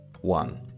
one